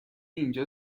اینجا